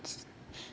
it's